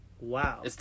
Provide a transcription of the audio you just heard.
Wow